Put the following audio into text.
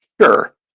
sure